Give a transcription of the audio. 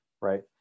right